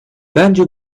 bence